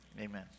Amen